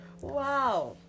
wow